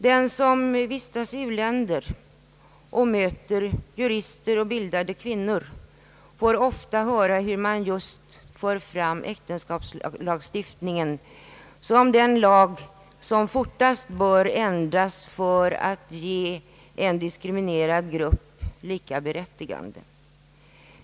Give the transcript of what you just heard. Den som vistas i u-länder och möter jurister och bildade kvinnor får ofta höra hur man just för fram äktenskapslagstiftningen som den lag vilken fortast bör ändras för att ge en diskriminerad grupp likaberättigande.